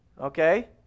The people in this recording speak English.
okay